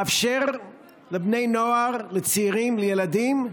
לאפשר לבני נוער, לצעירים, לילדים,